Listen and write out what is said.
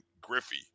Griffey